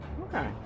Okay